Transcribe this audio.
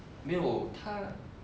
没有他